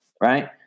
Right